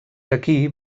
d’aquí